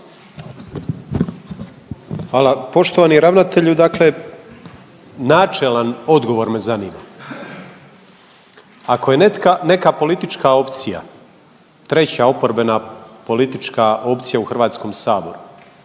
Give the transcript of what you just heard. Hvala. Poštovani ravnatelju dakle načelan odgovor me zanima. Ako je neka politička opcija treća oporbena politička opcija u HS-u, ako